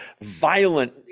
violent